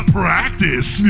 practice